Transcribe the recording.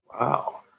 Wow